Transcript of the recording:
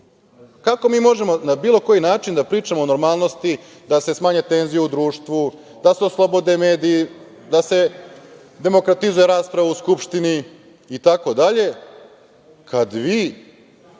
Kako mi možemo na bilo koji način da pričamo o normalnosti, da se smanje tenzije u društvu, da se oslobode mediji, da se demokratizuje rasprava u Skupštini itd, kad vi